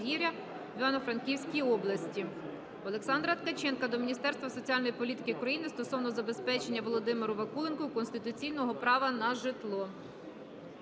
Олександра Ткаченка до Міністерства соціальної політики України стосовно забезпечення Володимиру Вакуленку конституційного права на житло.